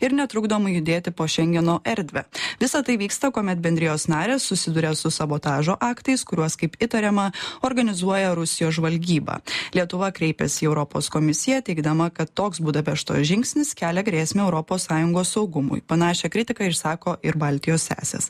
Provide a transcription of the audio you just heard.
ir netrukdomai judėti po šengeno erdvę visa tai vyksta kuomet bendrijos narės susiduria su sabotažo aktais kuriuos kaip įtariama organizuoja rusijos žvalgyba lietuva kreipėsi į europos komisiją teigdama kad toks budapešto žingsnis kelia grėsmę europos sąjungos saugumui panašią kritiką išsako ir baltijos sesės